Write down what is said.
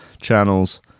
channels